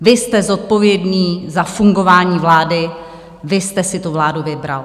Vy jste zodpovědný za fungování vlády, vy jste si tu vládu vybral.